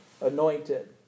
anointed